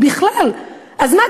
אז מה,